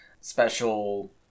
special